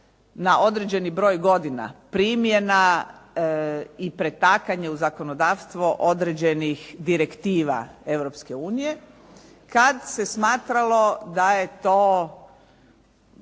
na određeni broj godina primjena i pretakanje u zakonodavstvo određenih direktiva Europske unije kada se smatralo da je to